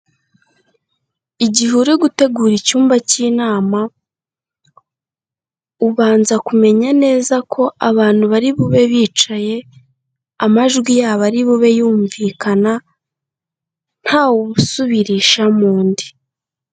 Igihe uri gutegura icyumba k'inama, ubanza kumenya neza ko abantu bari bube bicaye, amajwi yabo ari bube yumvikana ntawe usubirishamo undi.